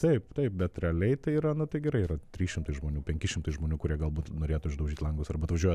taip taip bet realiai tai yra na tai gerai yra trys šimtai žmonių penki šimtai žmonių kurie galbūt norėtų išdaužyt langus arba atvažiuoja